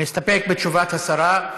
מסתפק בתשובת השרה.